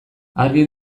argi